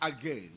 again